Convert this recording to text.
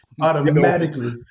Automatically